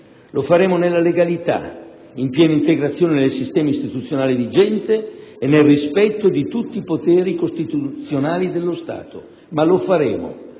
Lo faremo nella legalità, in piena integrazione del sistema istituzionale vigente e nel rispetto di tutti i poteri costituzionali dello Stato. Ma lo faremo.